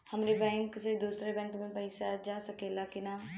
हमारे बैंक से दूसरा बैंक में पैसा जा सकेला की ना?